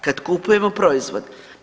Kad kupujemo proizvod.